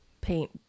paint